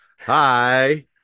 Hi